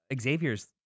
Xavier's